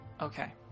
Okay